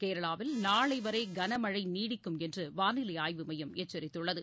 கேரளாவில் நாளை வரை கன மழை நீடிக்கும் என்று வானிலை ஆய்வு மையம் எச்சரித்துள்ளது